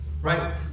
Right